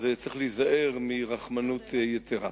אז צריך להיזהר מרחמנות יתירה.